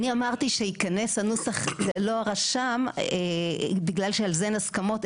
אני אמרתי שייכנס הנוסח ללא הרשם בגלל שעל זה אין הסכמות,